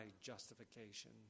justification